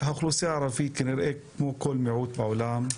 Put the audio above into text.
האוכלוסייה הערבית, כנראה כמו כל מיעוט בעולם,